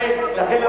לכן,